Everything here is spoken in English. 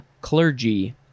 clergy